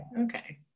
Okay